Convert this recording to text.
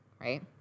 right